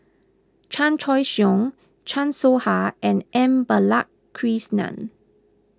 Chan Choy Siong Chan Soh Ha and M Balakrishnan